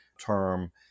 term